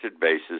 basis